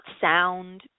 sound